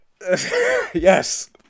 yes